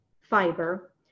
fiber